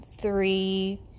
three